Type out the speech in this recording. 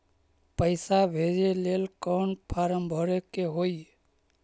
पैसा भेजे लेल कौन फार्म भरे के होई?